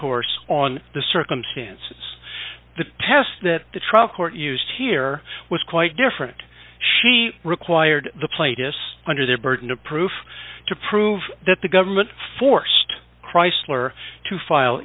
course on the circumstances the test that the trial court used here was quite different she required the plaintiffs under the burden of proof to prove that the government forced chrysler to file